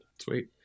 Sweet